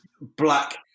Black